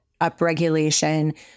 upregulation